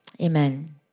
amen